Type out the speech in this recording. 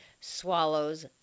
swallows